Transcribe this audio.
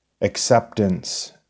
acceptance